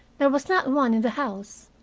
there was not one in the house.